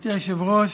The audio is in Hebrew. גברתי היושבת-ראש,